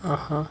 (uh huh)